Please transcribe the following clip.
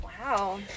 Wow